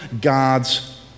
God's